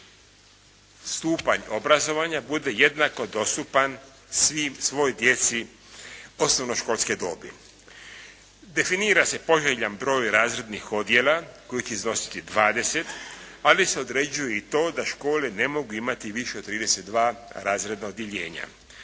stupanj obrazovanja bude jednako dostupan svoj djeci osnovnoškolske dobi. Definira se poželjan broj razrednih odjela koji će iznositi 20, ali se određuje i to da škole ne mogu imati više od 32 razredna odjeljenja.